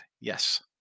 Yes